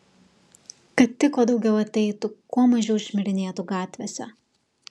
kad tik kuo daugiau ateitų kuo mažiau šmirinėtų gatvėse